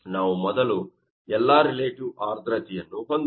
ನಾವು ಮೊದಲು ಎಲ್ಲಾ ರಿಲೇಟಿವ್ ಆರ್ದ್ರತೆಯನ್ನು ಹೊಂದೋಣ